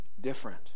different